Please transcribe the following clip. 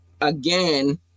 Again